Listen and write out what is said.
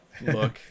Look